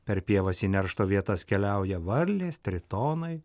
per pievas į neršto vietas keliauja varlės tritonai